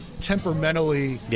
temperamentally